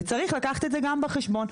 וצריך לקחת את זה גם בחשבון.